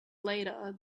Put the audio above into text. later